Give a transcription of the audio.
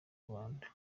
rwanda